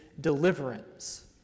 deliverance